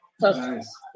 Nice